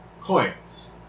Coins